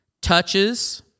touches